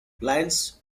lions